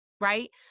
right